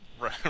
right